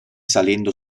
salendo